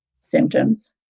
symptoms